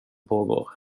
pågår